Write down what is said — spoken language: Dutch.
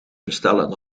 bestellen